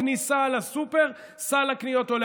בכל כניסה לסופר סל הקניות עולה.